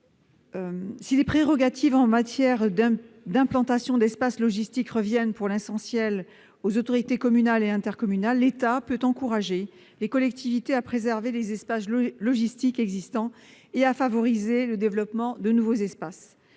Si les prérogatives en matière d'implantation d'espaces logistiques reviennent pour l'essentiel aux autorités communales et intercommunales, l'État peut encourager les collectivités à préserver les espaces logistiques existants et à favoriser le développement de nouveaux espaces.